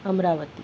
Amravati